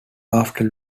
after